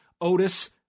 Otis